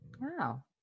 Wow